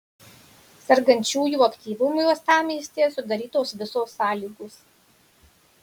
sergančiųjų aktyvumui uostamiestyje sudarytos visos sąlygos